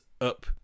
up